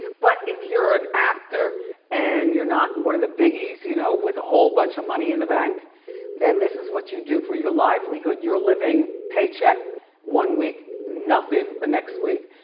but if you're an actor and you're not one of the biggies you know with a whole bunch of money in the bank then this is what you do for your livelihood. you're living paycheck one week, nothing the next week.